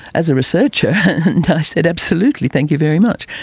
as a researcher and and i said absolutely, thank you very much.